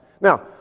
Now